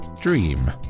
Dream